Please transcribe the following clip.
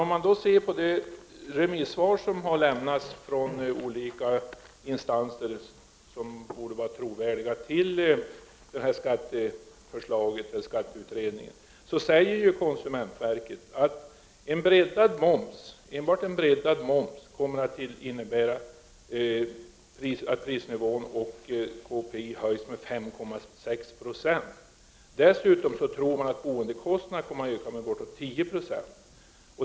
Om man beaktar de remissvar som har lämnats från olika instanser — som borde vara trovärdiga — till den här skatteutredningen kan man t.ex. läsa att konsumentverket säger att enbart en breddad moms kommer att innebära att prisnivån och KPI höjs med 5,6 26. Dessutom tror man att boendekostnaden kommer att öka med ungefär 10 9.